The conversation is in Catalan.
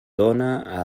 dóna